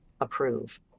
approve